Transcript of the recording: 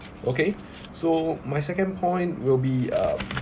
okay so my second point will be uh